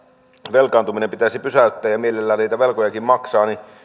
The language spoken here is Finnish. velkaantuminen pitäisi pysäyttää ja mielellään niitä velkojakin maksaa niin